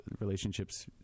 relationships